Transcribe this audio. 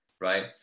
Right